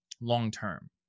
long-term